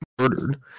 murdered